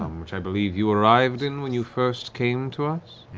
um which i believe you arrived in when you first came to us?